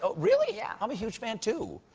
ah really? yeah i'm a huge fan, too.